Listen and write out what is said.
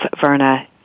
Verna